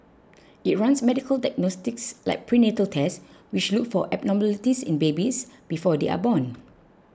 it runs medical diagnostics like prenatal tests which look for abnormalities in babies before they are born